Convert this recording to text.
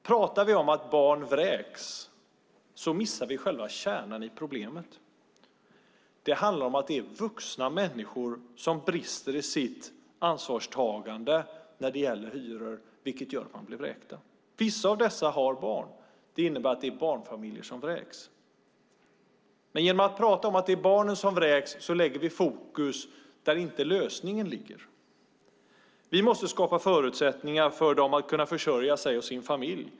Pratar vi om att barn vräks missar vi själva kärnan i problemet. Det handlar om att vuxna människor brister i sitt ansvarstagande när det gäller hyror, vilket gör att de blir vräkta. Vissa av dem har barn. Det innebär att det är barnfamiljer som vräks. Men genom att prata om att det är barnen som vräks lägger vi fokus på ett annat ställe än där lösningen ligger. Vi måste skapa förutsättningar för dem att försörja sig och sin familj.